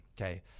okay